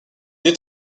est